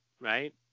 Right